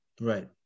Right